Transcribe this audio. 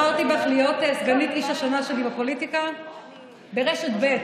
בחרתי בך להיות סגנית איש השנה שלי בפוליטיקה ברשת ב'.